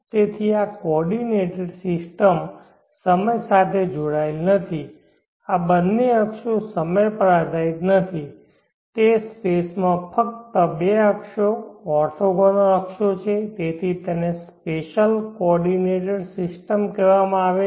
તેથી આ coordinate system સમય સાથે જોડાયેલ નથી આ બંને અક્ષો સમય પર આધારિત નથી તે સ્પેસ માં ફક્ત બે અક્ષો ઓર્થોગોનલ અક્ષો છે તેથી તેને સ્પેશલ કોઓર્ડિનેંટ સિસ્ટમ કહેવામાં આવે છે